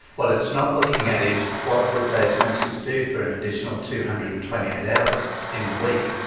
what it's not looking at is what would those nurses do for an additional two hundred and twenty eight hours in the week,